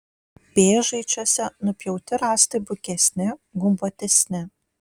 pėžaičiuose nupjauti rąstai bukesni gumbuotesni